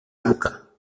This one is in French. luka